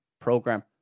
program